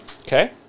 Okay